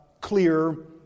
clear